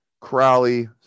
Crowley